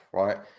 right